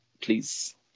please